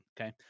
Okay